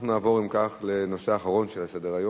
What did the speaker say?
אם כך, אנחנו נעבור לנושא האחרון על סדר-היום,